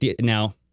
Now